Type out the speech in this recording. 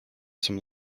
some